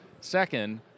Second